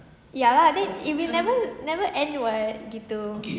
ya lah then it will never never end what gitu